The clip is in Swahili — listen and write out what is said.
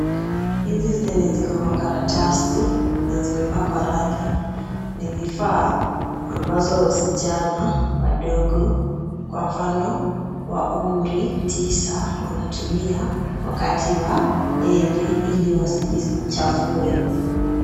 Hizi zenye ziko kwa karatasi na zimepakwa rangi ni vifaa ambazo wasichana wadogo, kwa mfano wa umri tisa wanatumia wakati wa hedhi ili wasijichafue.